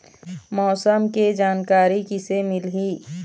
मौसम के जानकारी किसे मिलही?